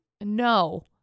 no